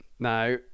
Now